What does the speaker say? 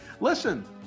Listen